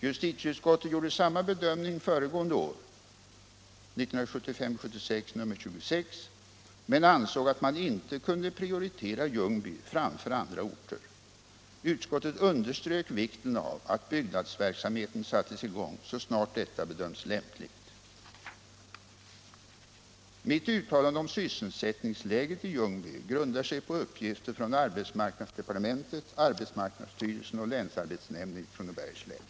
Justitieutskottet gjorde samma bedömning föregående år, 1975/76:26, men ansåg att man inte kunde prioritera Ljungby framför andra orter. Utskottet underströk vikten av att byggnadsverksamheten skulle sättas i gång så snart bedömdes lämpligt. Mitt uttalande om sysselsättningsläget i Ljungby grundar sig på uppgifter från arbetsmarknadsdepartementet, arbetsmarknadsstyrelsen och länsarbetsnämnden i Kronobergs län.